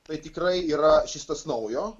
tai tikrai yra šis tas naujo